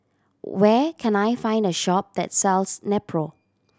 where can I find a shop that sells Nepro